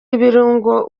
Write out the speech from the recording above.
ibirungo